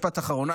משפט אחרון,